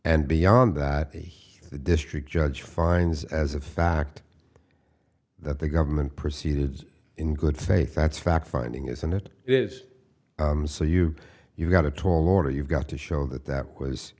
and beyond that he is the district judge finds as a fact that the government proceeded in good faith that's a fact finding isn't it is so you you've got a tall order you've got to show that that was